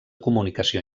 comunicació